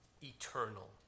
eternal